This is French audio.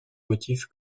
motifs